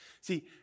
See